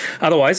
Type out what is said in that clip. Otherwise